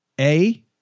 A-